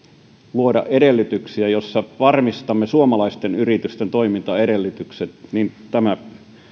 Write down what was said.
luoda edellytyksiä joilla varmistamme suomalaisten yritysten toimintaedellytykset niin tämä